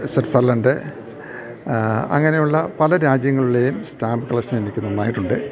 Switzerland അങ്ങനെ ഉള്ള പല രാജ്യങ്ങളിലേയും സ്റ്റാമ്പ് കളക്ഷനെനിക്ക് നന്നായിട്ടുണ്ട്